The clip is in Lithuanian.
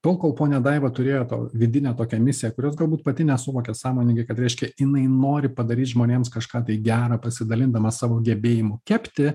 tol kol ponia daiva turėjo to vidinę tokią misiją kurios galbūt pati nesuvokė sąmoningai kad reiškia jinai nori padaryt žmonėms kažką tai gera pasidalindama savo gebėjimu kepti